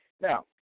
Now